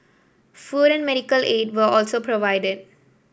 food and medical aid were also provided